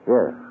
Yes